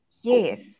Yes